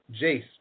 Jace